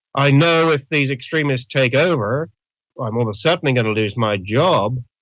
i know if these extremists take over i am almost certainly going to lose my job,